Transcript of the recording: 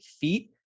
feet